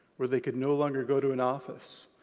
where they could no longer go to an office.